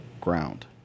ground